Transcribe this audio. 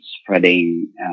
spreading